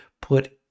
put